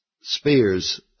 Spears